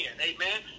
amen